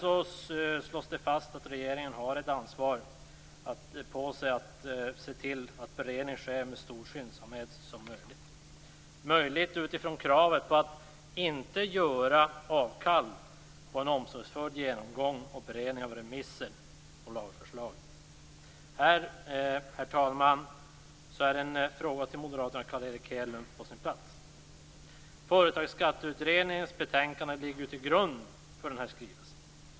Det slås därför fast att regeringen har ett ansvar för att se till att beredningen sker med så stor skyndsamhet som möjligt, dock utan att avkall görs på en omsorgsfull genomgång och beredning av remisser och lagförslag. Herr talman! Här är en fråga till Moderaterna och Carl Erik Hedlund på sin plats. Till grund för skrivelsen ligger Företagsskatteutredningens betänkande.